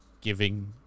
giving